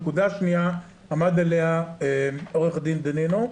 נקודה שניה עמד עליה עו"ד דנינו,